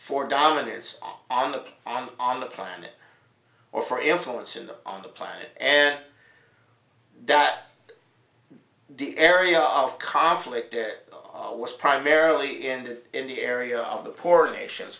for dominance on the on on the planet or for influence in the on the planet and that the area of conflict was primarily ended in the area of the poor nations